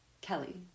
Kelly